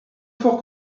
fort